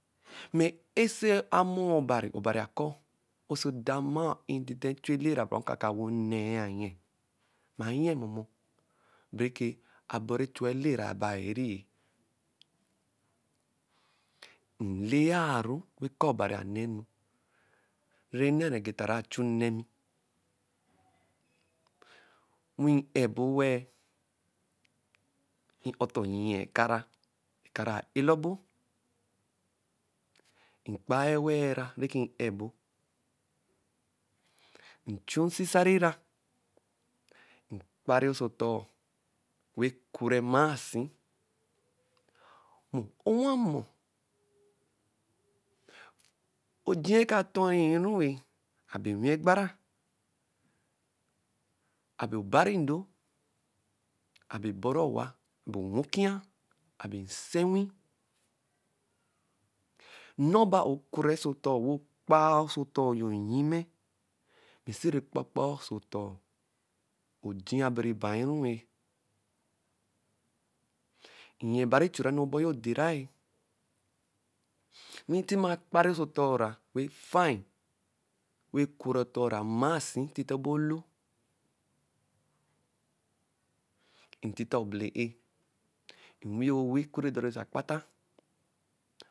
Mɛ ɔso amo obari, obari akɔɔ ɔso damɔ o-i-tite chu elera bãrã ɔkaka wɛ ne-e ayẹ. Mẹ ayɛ mɔmɔ bɛrɛkɛ aboru echu-e elera bai ri-e. Nlea-ru, w kaa obari ana-enu ri nnara egeta naa chu nemi. Wẹ n-a-ebo ewe-e wqɛ ɔtɔ nyia ɛkara, ɛka-ra a-ela ɔbor, mkpa-a ewe-ra neke n-a-ebo; nchu sisari-ra nkpan oso ɔtɔɔ wɛ kurɛ mmasi. Owamɔ oji eka tɔri-rue. Abe onwi egbara, abe obari-ndo, abe ɔbɔrɔ owa, abe onwi okwia. abe nsenwu. Nɔ bɛ a-o e-kurɛ ɔsɔ ɔtɔɔ wɛ okpa-a ɔsɔ ɔtɔɔ yo nnyimɛ. Mɛ nsɛro okpapa-a ɔsɔ ɔtɔɔ, mɛ oji abɛrẹ bai-ru-ẹ. Nyɛ rebari chura enu ɔbor yo deera-e. Wɛ tɛma kpari ɔsɔ ɔtɔr ra wɛ fa-in, wɛ kurɛ ɔtɔɔ ra mmasi titɛ ebe olo, ntita obele-e, nwi-i owẹ okurɛ edori oso akpata.